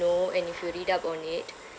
know and if you read up on it